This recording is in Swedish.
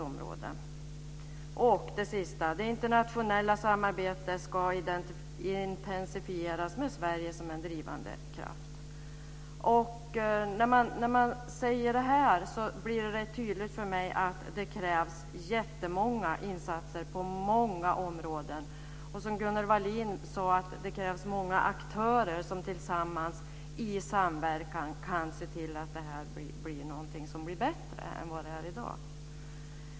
Till sist krävs att det internationella samarbetet intensifieras med Sverige som en drivande kraft. Dessa uttalanden gör det tydligt för mig att det krävs jättemånga insatser på åtskilliga områden. Gunnel Wallin sade att det krävs många aktörer som i samverkan kan se till att förhållandena blir bättre än de är i dag.